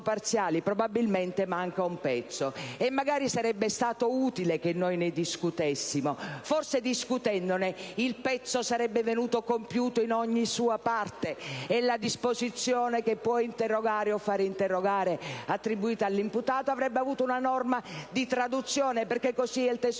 probabilmente manca un pezzo, e magari sarebbe stato utile che noi ne discutessimo. Forse discutendone il pezzo sarebbe venuto compiuto in ogni sua parte, e la disposizione secondo cui l'imputato può interrogare o fare interrogare avrebbe avuto una norma di traduzione, perché così è il testo